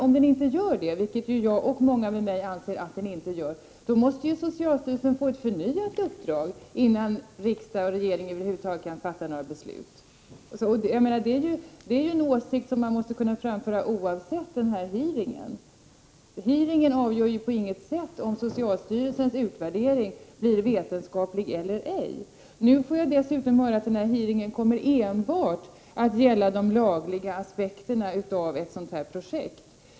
Om den inte gör det — vilket jag och många med mig anser — måste socialstyrelsen få ett förnyat uppdrag, innan riksdag och regering över huvud taget kan fatta några beslut. Det är en åsikt som socialministern måste kunna framföra, oavsett vad som sägs vid hearingen. Den avgör inte på något sätt om socialstyrelsens utvärdering är vetenskaplig eller ej. Nu får vi dessutom höra att denna hearing enbart kommer att gälla de lagliga aspekterna av ett sådant här projekt.